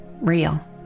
real